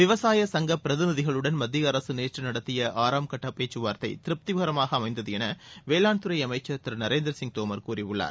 விவசாய சங்க பிரதிநிகளுடன் மத்திய அரசு நேற்று நடத்திய ஆறாம் கட்ட பேச்சுவார்த்தை திருப்திகரமாக அமைந்தது என வேளாண்துறை அமைச்சர் திரு நநரேந்திர சிங் தோமர் கூறியுள்ளார்